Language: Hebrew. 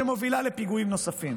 שמובילות לפיגועים נוספים.